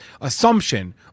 assumption